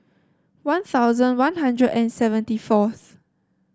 One Thousand One Hundred and seventy fourth